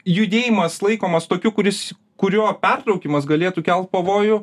judėjimas laikomas tokiu kuris kurio pertraukimas galėtų kelt pavojų